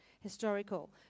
Historical